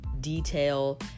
detail